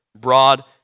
broad